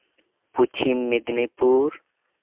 Paschim Medinipur